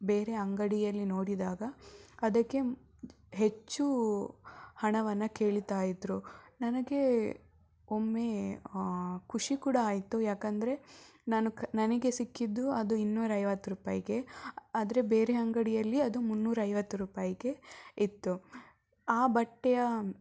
ಬೇರೆ ಅಂಗಡಿಯಲ್ಲಿ ನೋಡಿದಾಗ ಅದಕ್ಕೆ ಹೆಚ್ಚು ಹಣವನ್ನು ಕೇಳ್ತಾ ಇದ್ದರು ನನಗೆ ಒಮ್ಮೆ ಖುಷಿ ಕೂಡ ಆಯಿತು ಯಾಕಂದರೆ ನಾನು ನನಗೆ ಸಿಕ್ಕಿದ್ದು ಅದು ಇನ್ನೂರ ಐವತ್ತು ರೂಪಾಯಿಗೆ ಆದರೆ ಬೇರೆ ಅಂಗಡಿಯಲ್ಲಿ ಅದು ಮುನ್ನೂರ ಐವತ್ತು ರೂಪಾಯಿಗೆ ಇತ್ತು ಆ ಬಟ್ಟೆಯ